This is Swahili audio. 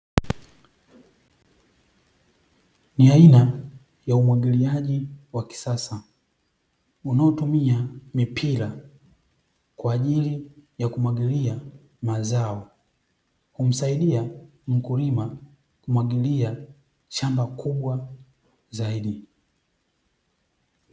Ni aina ya umwagiliaji ya kisasa, unaotumia mipira kwa ajili ya kumwagilia mazao, humsaidia mkulima kumwagilia shamba kubwa zaidi.